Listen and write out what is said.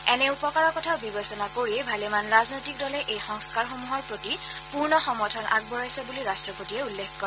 এনে উপকাৰৰ কথা বিবেচনা কৰিয়েই ভালেমান ৰাজনৈতিক দলে এই সংস্কাৰসমূহৰ প্ৰতি পূৰ্ণ সমৰ্থন আগবঢ়াইছে বুলি ৰাট্টপতিয়ে উল্লেখ কৰে